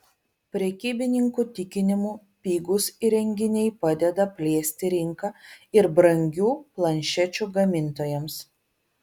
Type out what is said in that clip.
prekybininkų tikinimu pigūs įrenginiai padeda plėsti rinką ir brangių planšečių gamintojams